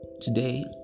Today